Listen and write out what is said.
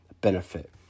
benefit